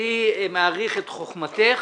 אני מעריך את חוכמתך